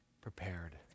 Prepared